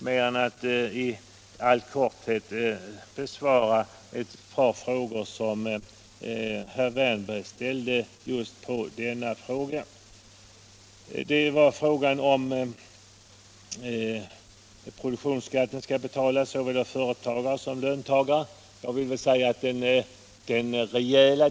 Jag vill emellertid i all korthet besvara ett par frågor som herr Wärnberg ställde i detta sammanhang. Det gällde om produktionsskatten skall betalas såväl av företagare som av löntagare.